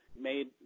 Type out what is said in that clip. made